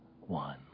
One